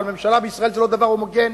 אבל ממשלה בישראל זה לא דבר הומוגני.